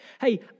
Hey